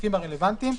הסעיפים הרלוונטיים.